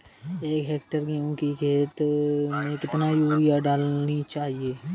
एक हेक्टेयर गेहूँ की खेत में कितनी यूरिया डालनी चाहिए?